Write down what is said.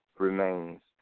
remains